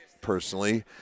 personally